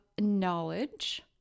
knowledge